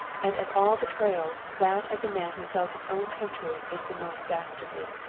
and of all betrayals that of the man who sells his own country is the most dastardly.